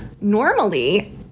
normally